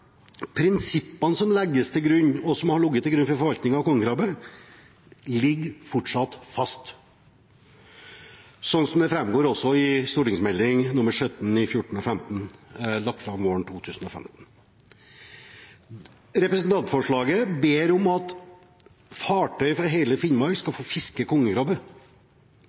prinsippene som legges til grunn, og som har ligget til grunn for forvaltningen av kongekrabbe, fortsatt ligger fast, slik det også går fram av Meld. St. 17 for 2014–2015, som ble lagt fram våren 2015. Representantforslaget ber om at fartøy fra hele Finnmark skal få fiske